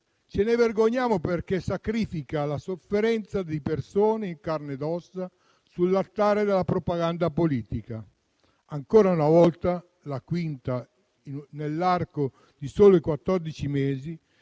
Ce ne vergogniamo perché sacrifica la sofferenza di persone in carne ed ossa sull'altare della propaganda politica. Ancora una volta, la quinta nell'arco di soli